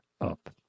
up